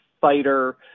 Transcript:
fighter –